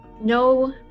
No